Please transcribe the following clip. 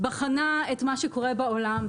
בחנה את מה שקורה בעולם,